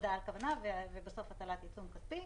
הודעה על כוונה ובסוף הטלת עיצום כספי.